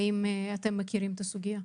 האם אתם מכירים את הסוגיה?